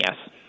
yes